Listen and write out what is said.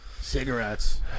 Cigarettes